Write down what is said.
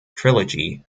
trilogy